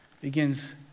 begins